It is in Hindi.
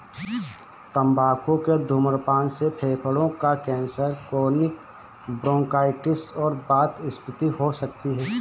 तंबाकू के धूम्रपान से फेफड़ों का कैंसर, क्रोनिक ब्रोंकाइटिस और वातस्फीति हो सकती है